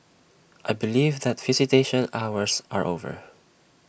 I believe that visitation hours are over